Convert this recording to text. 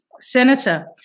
Senator